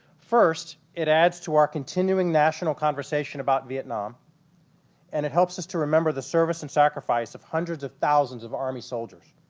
first it adds to our continuing national conversation about vietnam and it helps us to remember the service and sacrifice of hundreds of thousands of army soldiers